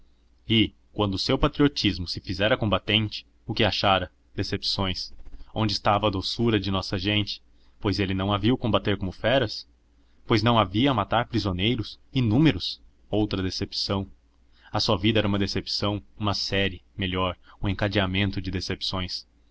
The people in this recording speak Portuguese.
e quando o seu patriotismo se fizera combatente o que achara decepções onde estava a doçura de nossa gente pois ele não a viu combater como feras pois não a via matar prisioneiros inúmeros outra decepção a sua vida era uma decepção uma série melhor um encadeamento de decepções